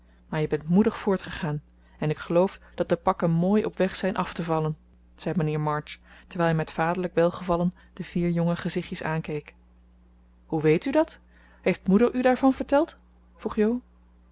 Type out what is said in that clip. maar je bent moedig voortgegaan en ik geloof dat de pakken mooi op weg zijn af te vallen zei mijnheer march terwijl hij met vaderlijk welgevallen de vier jonge gezichtjes aankeek hoe weet u dat heeft moeder u daarvan verteld vroeg jo